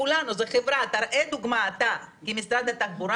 כשאתה שומע דיון בוועדה שחברי הכנסת מתבטאים,